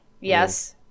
Yes